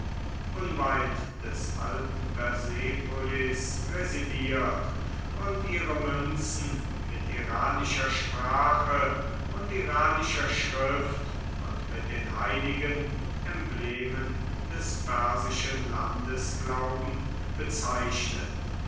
unweit des alten persepolis residiert und ihre münzen mit iranischer sprache und iranischer schrift und mit den heiligen emblemen des persischen landesglaubens bezeichnet